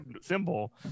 ...symbol